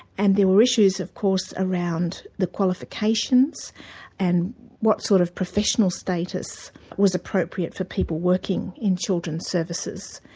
and there were issues of course around the qualifications and what sort of professional status was appropriate for people working in children's services.